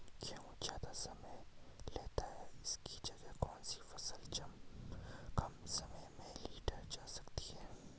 गेहूँ ज़्यादा समय लेता है इसकी जगह कौन सी फसल कम समय में लीटर जा सकती है?